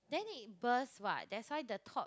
then it burst what that's why the top